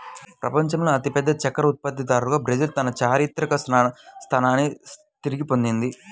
ప్రపంచంలోనే అతిపెద్ద చక్కెర ఉత్పత్తిదారుగా బ్రెజిల్ తన చారిత్రక స్థానాన్ని తిరిగి పొందింది